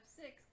six